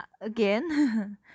again